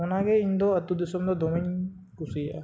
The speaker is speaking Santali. ᱚᱱᱟᱜᱮ ᱤᱧᱫᱚ ᱟᱹᱛᱩ ᱫᱤᱥᱚᱢ ᱫᱚ ᱫᱚᱢᱮᱧ ᱠᱩᱥᱤᱭᱟᱜᱼᱟ